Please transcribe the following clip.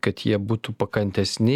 kad jie būtų pakantesni